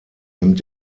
nimmt